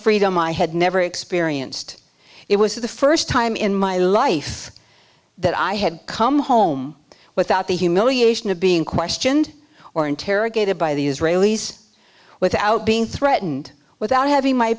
freedom i had never experienced it was the first time in my life that i had come home without the humiliation of being questioned or interrogated by the israelis without being threatened without having my